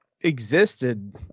existed